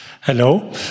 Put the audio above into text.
Hello